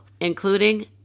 including